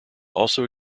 also